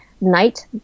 night